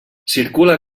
circula